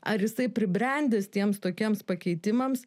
ar jisai pribrendęs tiems tokiems pakeitimams